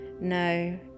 no